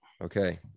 Okay